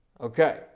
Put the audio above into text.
Okay